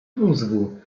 mózgu